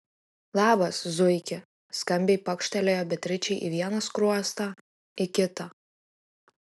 labas zuiki skambiai pakštelėjo beatričei į vieną skruostą į kitą